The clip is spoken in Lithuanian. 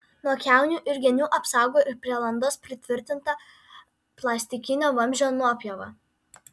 nuo kiaunių ir genių apsaugo ir prie landos pritvirtinta plastikinio vamzdžio nuopjova